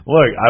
Look